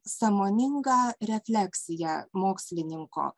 sąmoninga refleksija mokslininko